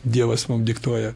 dievas mum diktuoja